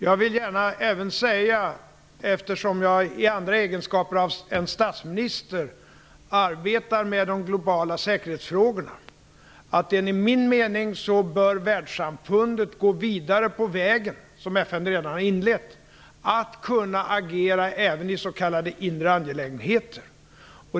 Jag vill gärna även säga, eftersom jag i andra egenskaper än statsminister arbetar med de globala säkerhetsfrågorna, att enligt min mening bör världssamfundet gå vidare på vägen som FN redan har inlett, att kunna agera även i s.k. inre angelägenheter.